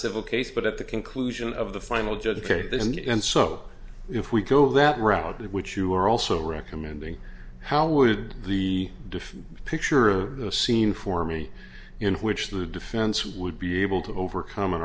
civil case but at the conclusion of the final judge papers and so if we go that route which you are also recommending how would the diff picture of the scene for me in which the defense would be able to overcome an